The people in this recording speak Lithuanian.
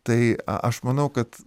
tai a aš manau kad